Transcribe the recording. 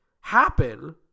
happen